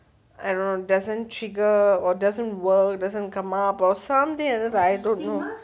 I don't know doesn't trigger or doesn't work doesn't come up or something and like I don't know